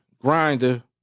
grinder